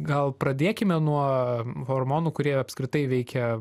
gal pradėkime nuo hormonų kurie apskritai veikia